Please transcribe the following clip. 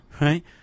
Right